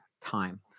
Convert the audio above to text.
time